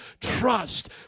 trust